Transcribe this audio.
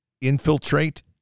infiltrate